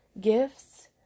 gifts